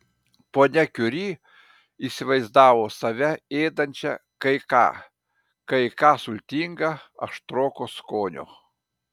ponia kiuri įsivaizdavo save ėdančią kai ką kai ką sultinga aštroko skonio